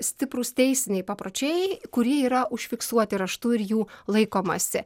stiprūs teisiniai papročiai kurie yra užfiksuoti raštu ir jų laikomasi